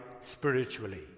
spiritually